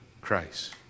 Christ